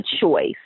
choice